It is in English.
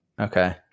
Okay